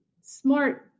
smart